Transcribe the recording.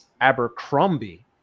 Abercrombie